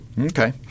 Okay